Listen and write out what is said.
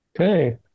Okay